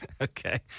Okay